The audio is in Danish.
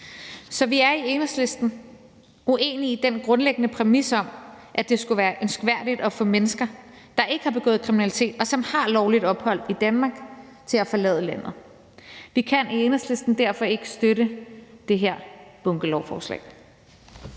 Så vi er i Enhedslisten uenige i den grundlæggende præmis om, at det skulle være ønskværdigt at få mennesker, der ikke har begået kriminalitet, og som har lovligt ophold i Danmark, til at forlade landet. Vi kan i Enhedslisten derfor ikke støtte det her bunkelovforslag.